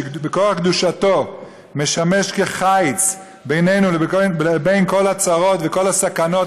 שבכוח קדושתו משמש כחיץ בינינו לבין כל הצרות וכל הסכנות,